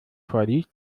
vorliest